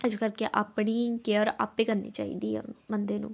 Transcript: ਇਸ ਕਰਕੇ ਆਪਣੀ ਕੇਅਰ ਆਪੇ ਕਰਨੀ ਚਾਹੀਦੀ ਆ ਬੰਦੇ ਨੂੰ